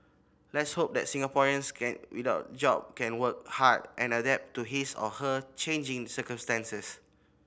let's hope that Singaporeans can without a job can work hard and adapt to his or her changing circumstances